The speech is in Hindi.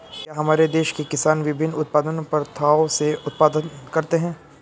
क्या हमारे देश के किसान विभिन्न उत्पादन प्रथाओ से उत्पादन करते हैं?